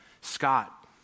Scott